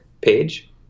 page